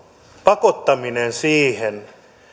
pakottaminen siihen